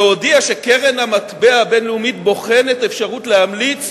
והודיע שקרן המטבע הבין-לאומית בוחנת אפשרות להמליץ